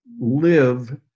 live